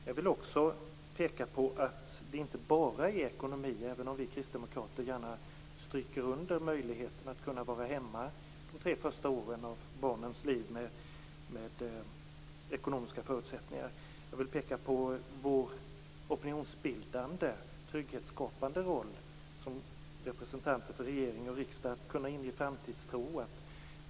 Jag vill också peka på att det inte bara är en fråga om ekonomi även om vi kristdemokrater gärna understryker möjligheten att kunna ha ekonomiska förutsättningar att vara hemma de tre första åren av barnets liv. Jag tänker mer på vår opinionsbildande, trygghetsskapande roll som representanter för regering och riksdag att kunna inge framtidstro.